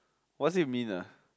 what's it mean ah